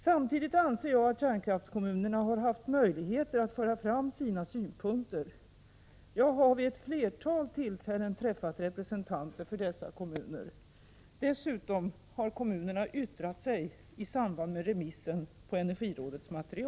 Samtidigt anser jag att kärnkraftskommunerna har haft möjligheter att föra fram sina synpunkter. Jag har vid ett flertal tillfällen träffat representanter för dessa kommuner. Dessutom har kommunerna yttrat sig i samband med remissen på energirådets material.